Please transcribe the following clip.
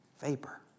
vapor